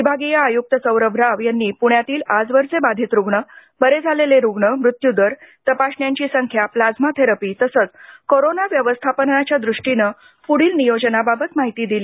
विभागीय आयुक्त सौरभ राव यांनी पृण्यातील आजवरचे बाधित रुग्ण बरे झालेले रुग्ण मृत्यू दर तपासण्यांची संख्या प्लाझ्मा थेरपी तसेच कोरोना व्यवस्थापनाच्या दृष्टीने पुढील नियोजनाबाबत माहिती दिली